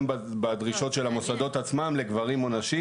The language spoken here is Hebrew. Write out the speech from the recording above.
בדרישות של המוסדות עצמם לגברים או נשים.